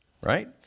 right